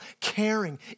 caring